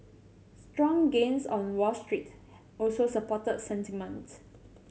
strong gains on Wall Street also supported sentiment